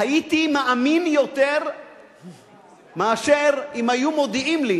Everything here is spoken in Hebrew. הייתי מאמין יותר מאשר אם היום מודיעים לי